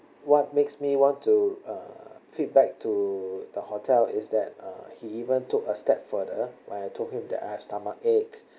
what makes me want to uh feedback to the hotel is that uh he even took a step further I told him that I have stomach ache